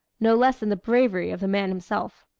no less than the bravery of the man himself.